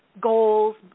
goals